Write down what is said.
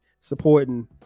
supporting